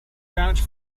vouch